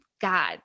God